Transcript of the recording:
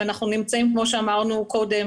וכמו שאמרנו קודם